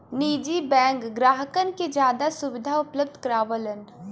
निजी बैंक ग्राहकन के जादा सुविधा उपलब्ध करावलन